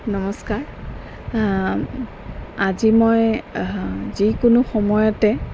নমস্কাৰ আজি মই যিকোনো সময়তে